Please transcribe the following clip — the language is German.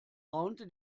raunte